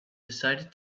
decided